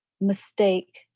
mistake